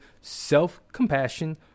self-compassion